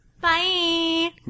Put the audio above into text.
Bye